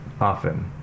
Often